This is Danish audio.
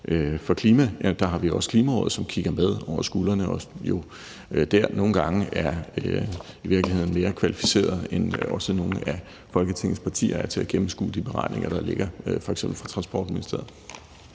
på klimaområdet er der Klimarådet, som kigger med over skulderen og nogle gange i virkeligheden er mere kvalificeret end nogle af Folketingets partier til at gennemskue de beregninger, der ligger, fra f.eks. Transportministeriet.